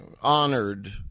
honored